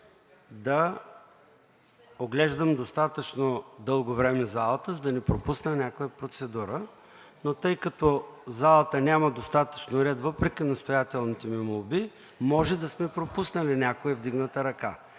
да оглеждам достатъчно дълго време залата, за да не пропусна някоя процедура. Но тъй като в залата няма достатъчно ред въпреки настоятелните ми молби, може да сме пропуснали някоя вдигната ръка.